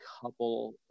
couple